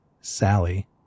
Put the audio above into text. Sally